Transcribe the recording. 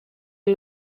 ngo